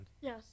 Yes